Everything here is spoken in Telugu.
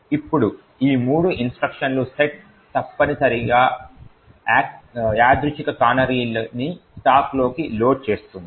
ఇప్పుడు ఈ మూడు ఇన్స్ట్రక్షన్ల సెట్ తప్పనిసరిగా యాదృచ్ఛిక కానరీని స్టాక్లోకి లోడ్ చేస్తుంది